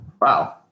Wow